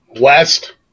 West